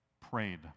prayed